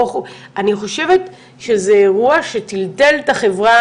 אני חושבת שזה אירוע שטלטל את החברה